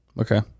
Okay